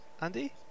Andy